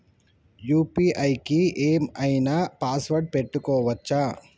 UPI కి ఏం ఐనా పాస్వర్డ్ పెట్టుకోవచ్చా?